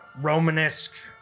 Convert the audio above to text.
Romanesque